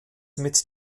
mit